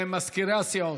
מזכירי הסיעות,